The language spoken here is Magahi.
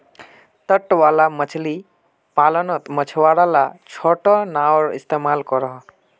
तट वाला मछली पालानोत मछुआरा ला छोटो नओर इस्तेमाल करोह